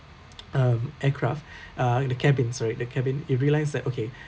um aircraft uh the cabins sorry the cabin you realise that okay